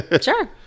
Sure